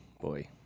boy